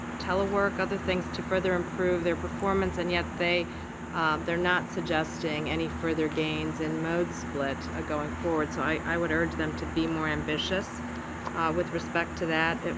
telework, other things to further improve their performance, and yet um they're not suggesting any further gains in mode split ah going forward, so i would urge them to be more ambitious with respect to that.